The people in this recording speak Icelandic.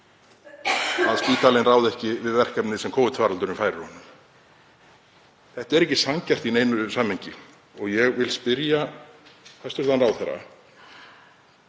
að spítalinn ráði ekki við verkefni sem Covid-faraldurinn færir honum. Þetta er ekki sanngjarnt í neinu samhengi. Ég vil spyrja hæstv. ráðherra